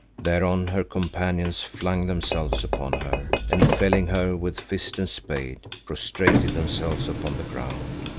thereon her companions flung themselves upon her and felling her with fist and spade, prostrated themselves upon the ground,